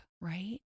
Right